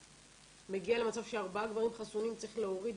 מגיע למצב שארבעה גברים חסונים צריכים להוריד.